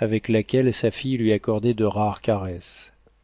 avec laquelle sa fille lui accordait de rares caresses